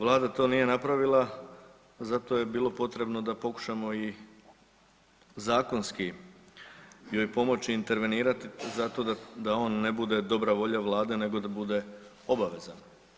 Vlada to nije napravila zato je bilo potrebno da pokušamo i zakonski joj pomoći intervenirati zato da on ne bude dobra volja Vlade nego da bude obaveza.